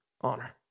honor